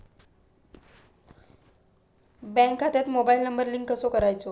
Bank खात्यात mobile number link कसो करायचो?